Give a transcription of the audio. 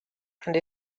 and